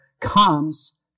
comes